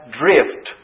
drift